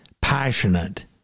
passionate